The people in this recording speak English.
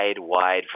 wide